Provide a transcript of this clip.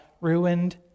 ruined